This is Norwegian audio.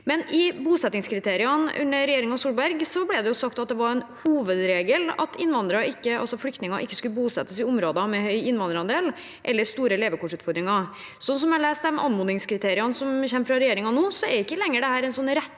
I bosettingskriteriene fra regjeringen Solberg ble det sagt at det var en hovedregel at flyktninger ikke skal bosettes i områder med høy innvandrerandel eller store levekårsutfordringer. Sånn som jeg leser de anmodningskriteriene som kommer fra regjeringen nå, er ikke det lenger